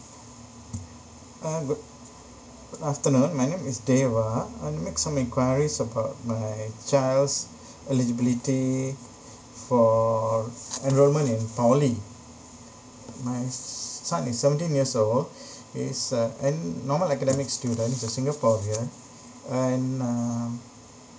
uh good good afternoon my name is dayra I make some enquiries about my child's eligibility for enrollment in poly my son is seventeen years old he's a N normal academics student a singaporean and um